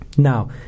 Now